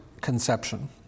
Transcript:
conception